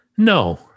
No